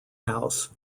house